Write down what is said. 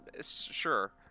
Sure